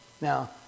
Now